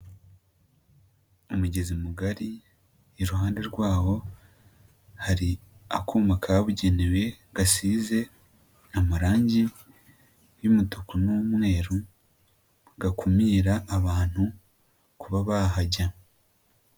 Umugezi mugari, iruhande rwawo hari akuma kabugenewe, gasize amarangi y'umutuku n'umweru, gakumira abantu, kuba bahajya.